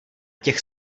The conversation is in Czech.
těch